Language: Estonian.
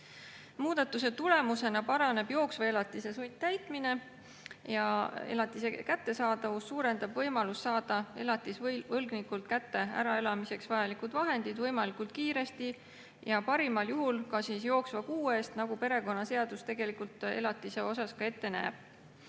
Muudatuse tulemusena paraneb jooksva elatise sundtäitmine. Elatise kättesaadavus suurendab võimalust saada elatisvõlgnikult kätte äraelamiseks vajalikud vahendid võimalikult kiiresti ja parimal juhul ka jooksva kuu eest, nagu perekonnaseadus tegelikult elatise osas ette näeb.